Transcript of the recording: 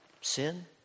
sin